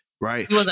right